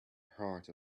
heart